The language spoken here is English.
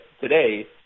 today